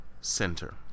center